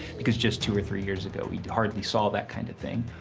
because just two or three years ago, we hardly saw that kind of thing.